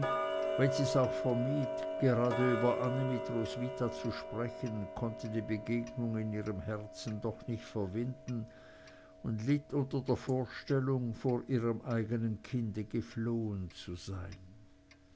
wenn sie's auch vermied grade über annie mit roswitha zu sprechen konnte die begegnung in ihrem herzen doch nicht verwinden und litt unter der vorstellung vor ihrem eigenen kind geflohen zu sein